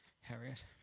harriet